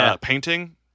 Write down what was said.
Painting